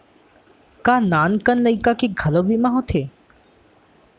का नान कन लइका के घलो बीमा होथे?